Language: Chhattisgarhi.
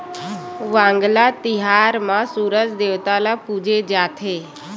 वांगला तिहार म सूरज देवता ल पूजे जाथे